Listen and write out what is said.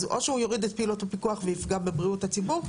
אז או שהוא יוריד את פעולות הפיקוח ויפגע בבריאות הציבור,